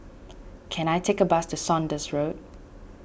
can I take a bus to Saunders Road